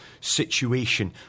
situation